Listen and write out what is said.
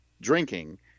drinking